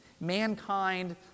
mankind